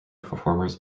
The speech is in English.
performers